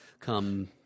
come